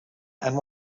and